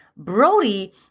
Brody